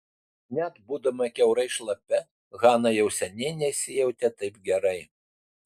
net būdama kiaurai šlapia hana jau seniai nesijautė taip gerai